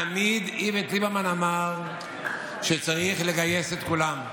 תמיד איווט ליברמן אמר שצריך לגייס את כולם.